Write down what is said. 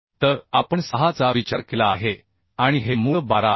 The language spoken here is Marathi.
तर आपण 6 चा विचार केला आहे आणि हे मूळ 12 आहे